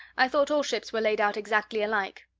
i thought all ships were laid out exactly alike.